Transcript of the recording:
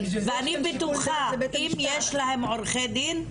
ואני בטוחה שאם יש להם עורכי דין,